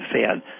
Fed